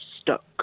stuck